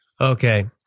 Okay